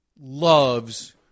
loves